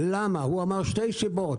משתי סיבות.